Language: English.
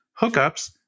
hookups